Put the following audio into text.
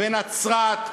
בנצרת,